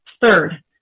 Third